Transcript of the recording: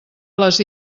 les